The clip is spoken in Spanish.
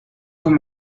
con